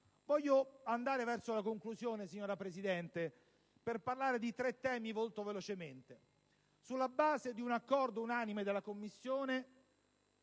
Voglio andare verso la conclusione, signora Presidente, per parlare di tre temi, molto velocemente. Sulla base di un accordo unanime in Commissione,